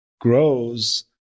grows